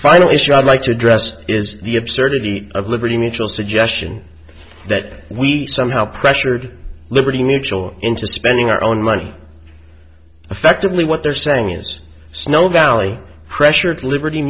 final issue i'd like to address is the absurdity of liberty mutual suggestion that we somehow pressured liberty mutual into spending our own money effectively what they're saying is snow valley pressure at liberty